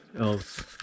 else